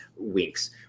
Weeks